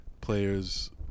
players